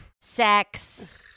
Sex